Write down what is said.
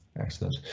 excellent